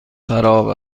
خراب